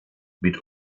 mit